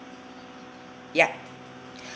ya